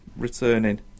Returning